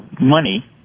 money